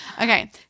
Okay